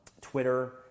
Twitter